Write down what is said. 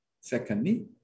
Secondly